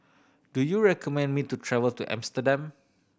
do you recommend me to travel to Amsterdam